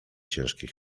ciężkie